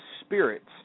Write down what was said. spirits